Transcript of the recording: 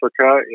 Africa